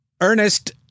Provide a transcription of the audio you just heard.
Ernest